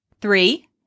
Three